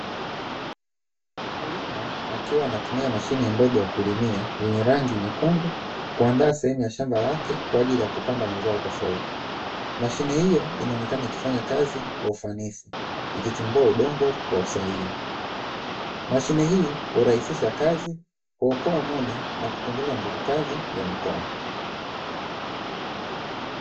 Mkulima akiwa anatumia mashine ndogo ya kulimia yenye rangi nyekundu kuandaa sehemu ya shamba lake kwaajili kupanda mazao tofauti, mashine hii inaonekana ikifanyakazi kwa ufanisi ikichimbua udongo kwa usahihi, mashine hii hurahisisha kazi na uokoa muda na kupunguza nguvu kazi ya mikono.